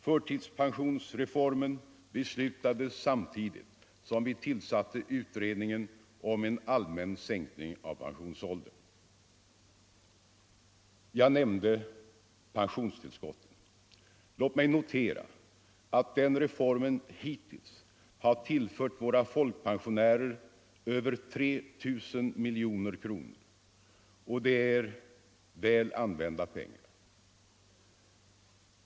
Förtidspensionsreformen beslutades samtidigt som vi tillsatte utredningen om en allmän sänkning av pensionsåldern. Jag nämnde pensionstillskotten — låt mig notera att den reformen hittills har tillfört våra folkpensionärer över 3 000 miljoner kronor, och det är väl använda pengar.